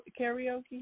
karaoke